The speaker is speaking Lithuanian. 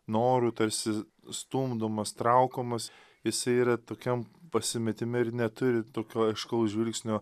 norų tarsi stumdomas traukomas jisai yra tokiam pasimetime ir neturi tokio aiškaus žvilgsnio